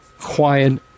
quiet